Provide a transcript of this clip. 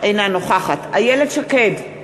אינה נוכחת איילת שקד,